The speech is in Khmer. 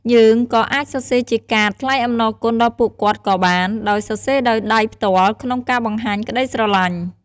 យើងក៏អាចសរសេរជាកាត ថ្លែងអំណរគុណដល់ពួកគាត់ក៏បាន ដោយសរសេរដោយដៃផ្ទល់ក្នុងការបង្ហាញក្តីស្រឡាញ់។